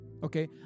Okay